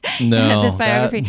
No